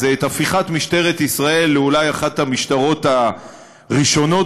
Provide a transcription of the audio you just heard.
זה את הפיכת משטרת ישראל לאחת המשטרות אולי הראשונות